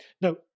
Now